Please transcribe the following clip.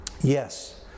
Yes